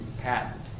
patent